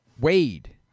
Wade